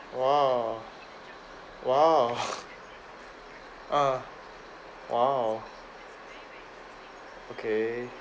!wah! !wow! ah !wow! okay